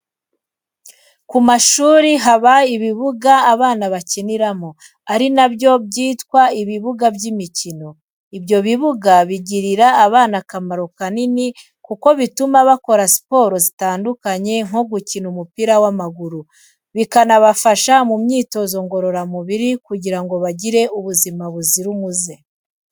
Ku mashuri haba ibibuga abana bakiniramo, ari na byo byitwa ibibuga by'imikino. Ibyo bibuga bigirira abana akamaro kanini kuko bituma bakora siporo zitandukanye nko gukina umupira w'amaguru, bikanabafasha mu myitozo ngororamubiri kugira ngo bagire ubuzima buzira umuze.